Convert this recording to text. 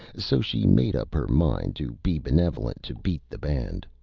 so she made up her mind to be benevolent to beat the band.